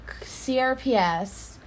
CRPS